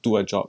do a job